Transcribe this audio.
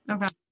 Okay